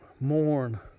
Mourn